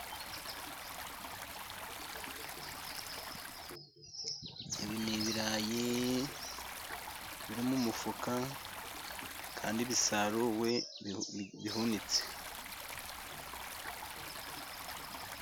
Ibi ni ibirayi biri mu mufuka, kandi bisaruwe bihunitse.